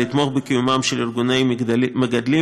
לתמוך בקיומם של ארגוני מגדלים,